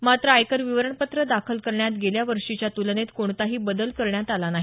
मात्र आयकर विवरणपत्र दाखल करण्यात गेल्या वर्षीच्या तुलनेत कोणताही बदल करण्यात आला नाही